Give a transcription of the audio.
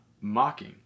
mocking